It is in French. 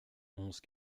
onze